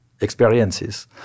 experiences